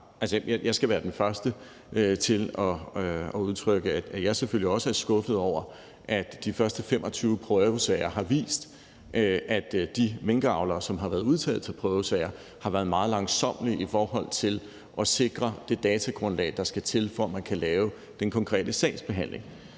Jeg skal være den første til at udtrykke, at jeg selvfølgelig også er skuffet over, at de første 25 prøvesager har vist, at de minkavlere, der har været udtaget til prøvesager, har været meget langsommelige i forhold til at sikre det datagrundlag, der skal til, for at man kan lave den konkrete sagsbehandling.